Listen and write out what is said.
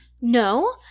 No